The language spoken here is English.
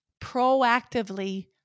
proactively